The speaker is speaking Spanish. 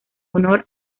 honor